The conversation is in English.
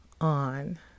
on